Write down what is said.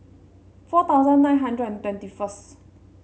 four thousand nine hundred and twenty first